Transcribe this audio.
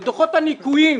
את דוחות הניכויים,